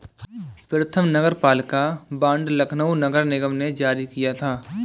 प्रथम नगरपालिका बॉन्ड लखनऊ नगर निगम ने जारी किया था